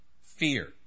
Fear